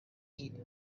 heat